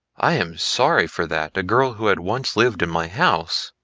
i am sorry for that, a girl who had once lived in my house.